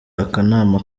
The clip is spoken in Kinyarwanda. akanama